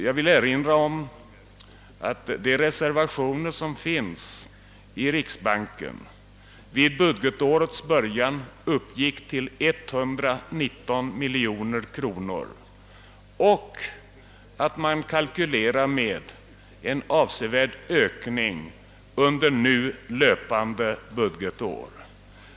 Jag vill erinra om att de reservationer som fanns i riksbanken vid budgetårets början uppgick till 119 miljoner kronor, och man kalkylerade med en avsevärd ökning under nu löpande budgetår.